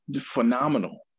phenomenal